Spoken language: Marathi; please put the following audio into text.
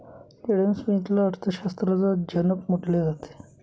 एडम स्मिथला अर्थशास्त्राचा जनक म्हटले जाते